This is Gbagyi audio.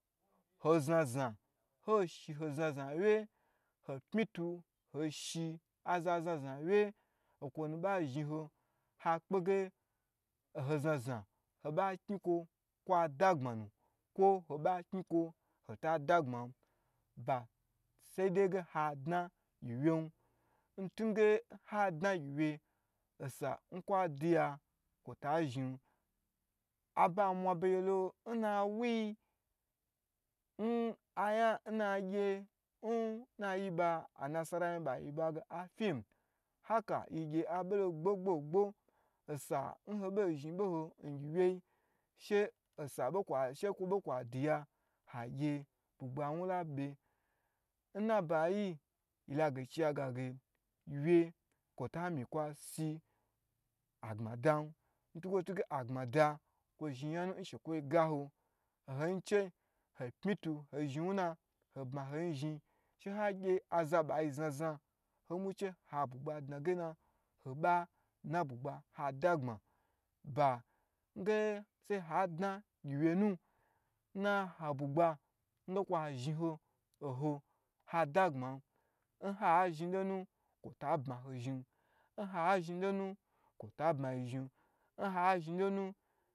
Ho zna zna ho shi ho zna zna wye hoi pyi tu ho shi a za zna zna wye nkwo ba zhi ho ha kpege nho zna zna ba kni kwo kwa da gbma nu kwo ho kni kwo hota da gbman ba, sai dei ge ha dna gyiwyn ntunge nha dna gyiwye osa kwa duya kwo ta zhin aba mwa begye n aya na wuji n ayan n na gye n na a nasara zhin ba yi bi a ge a fim haka yigye abo lo gbo gbo gbo osa n ho bo zhin boho ngyi wye she kwo be kwadiya agye bugbawun labe n naba yila gaichiya ga ge gyiwye kwo ta mi kwa si agbma dan ntukwo tu ge kwo zhi nya nu shekwo gaho n ho bwi gyi che ho pynitu ho zhin wuna ho bma hoyi zhin she ha gye aza ba zna zna nho bwi gyi che ho bma ho dna bugba ha da gbma ba nge sai ha dna gyi wye nu naha bugba nge kwo zhi ho ha dna agbman nhazhilo nu kwo ta bma hozhi nhazhin, lonu kwo ta bma yi zhin oha zhilonu